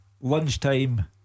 lunchtime